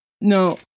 no